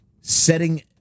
setting